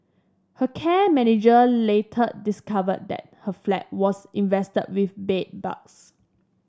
her care manager later discovered that her flat was infested with bedbugs